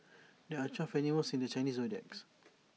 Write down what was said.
there are twelve animals in the Chinese zodiacs